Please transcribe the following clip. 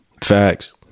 Facts